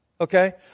Okay